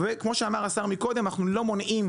כמו שהשר אמר קודם אנחנו לא מונעים